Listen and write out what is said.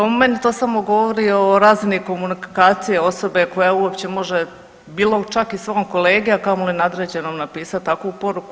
Meni to samo govori o razini komunikacije osobe koja uopće može bilo čak i svom kolegi, a kamoli nadređenom napisati takvu poruku.